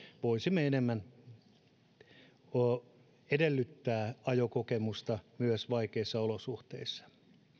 voisimme edellyttää enemmän ajokokemusta myös vaikeissa olosuhteissa